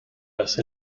alice